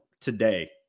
today